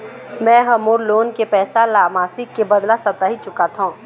में ह मोर लोन के पैसा ला मासिक के बदला साप्ताहिक चुकाथों